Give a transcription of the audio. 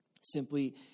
Simply